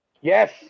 yes